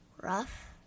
Rough